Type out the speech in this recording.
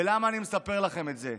ולמה אני מספר לכם את זה?